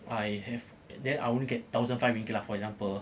I have then I won't get thousand five ringgit lah for example